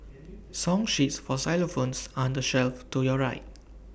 song sheets for xylophones are on the shelf to your right